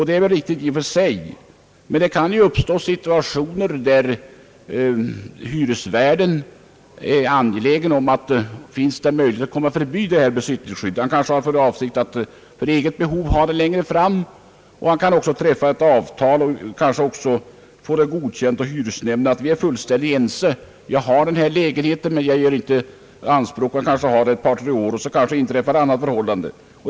Det är i och för sig riktigt, men det kan uppstå situationer där hyresvärden är angelägen om att komma förbi dessa besittningsskydd. Han har kanske för avsikt att ha lägenheten själv längre fram. Han kan göra upp ett avtal med hyresgästen, som han också får godkänt av hyresnämnden, att man är fullständigt ense om att hyresgästen får disponera lägenheten ett par år men gör inte anspråk på att bo kvar därefter.